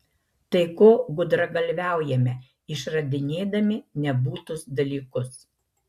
tai ko gudragalviaujame išradinėdami nebūtus dalykus